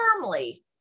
firmly